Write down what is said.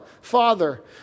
Father